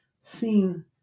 seen